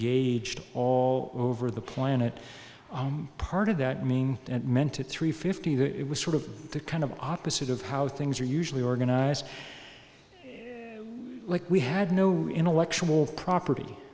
aged all over the planet part of that i mean that meant at three fifty that it was sort of the kind of opposite of how things are usually organized like we had no intellectual property